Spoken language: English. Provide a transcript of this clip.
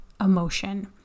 emotion